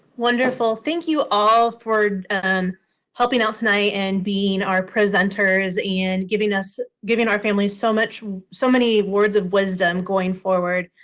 wonderful. thank you all for and helping out tonight and being our presenters and giving us giving our families so much so many words of wisdom going forward.